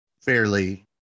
fairly